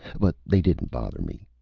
but they didn't bother me.